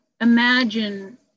imagine